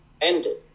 ended